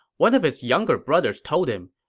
one of his younger brothers told him,